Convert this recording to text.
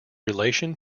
relation